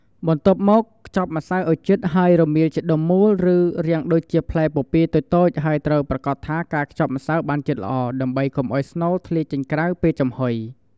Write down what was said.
បន្ទាប់មក ខ្ទប់ម្សៅឲ្យជិត ហើយរមៀលជាដុំមូល ឬរាងដូចផ្លែពពាយតូចៗ ហើយត្រូវប្រាកដថាការខ្ទប់ម្សៅបានជិតល្អ ដើម្បីកុំឲ្យស្នូលធ្លាយចេញក្រៅពេលចំហុយ។